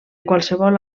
qualsevol